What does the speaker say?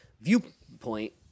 viewpoint